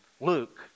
Luke